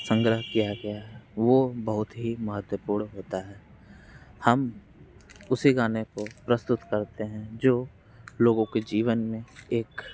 संग्रह किया गया है वो बहुत ही महत्वपूर्ण होता है हम उसी गाने को प्रस्तुत करते हैं जो लोगों के जीवन में एक